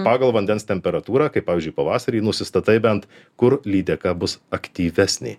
pagal vandens temperatūrą kaip pavyzdžiui pavasarį nusistatai bent kur lydeka bus aktyvesnė